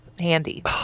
handy